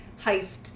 heist